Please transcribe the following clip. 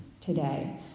today